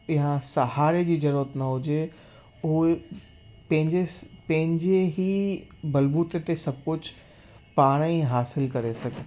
या सहारे जी ज़रूरत न हुजे उहे पंहिंजे पंहिंजे ई बलबूते ते सभु कुझु पाण ई हासिलु करे सघनि